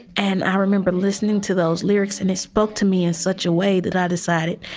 and i remember listening to those lyrics, and he spoke to me in such a way that i decided,